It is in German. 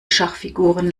schachfiguren